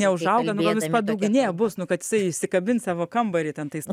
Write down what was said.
neužauga nu gal jis padugnė bus nu kad jisai išsikabins savo kambarį ten tais